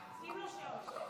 שים לו שעון.